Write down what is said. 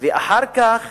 ואחר כך